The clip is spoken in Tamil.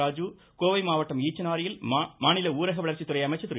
ராஜு கோவை மாவட்டம் ஈச்சனாரியில் மாநில ஊரக வளர்ச்சித் துறை அமைச்சர் திரு